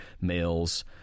males